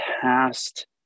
past